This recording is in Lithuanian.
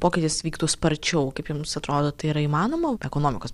pokytis vyktų sparčiau kaip jums atrodo tai yra įmanoma ekonomikos